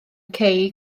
cei